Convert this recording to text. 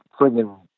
friggin